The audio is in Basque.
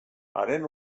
haren